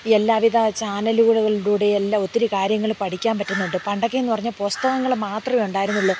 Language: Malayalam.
എല്ലാവിധ ചാനലുകളുകളിലൂടെ എല്ലാം ഒത്തിരി കാര്യങ്ങൾ പഠിക്കാൻ പറ്റുന്നുണ്ട് പണ്ടൊക്കെ എന്നു പറഞ്ഞാൽ പുസ്തകങ്ങൾ മാത്രമേ ഉണ്ടായിരുന്നുള്ളൂ